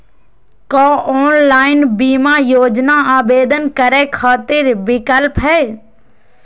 का ऑनलाइन बीमा योजना आवेदन करै खातिर विक्लप हई?